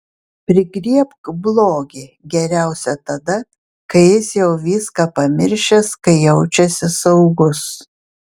prigriebk blogį geriausia tada kai jis jau viską pamiršęs kai jaučiasi saugus